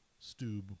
Stube